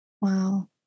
Wow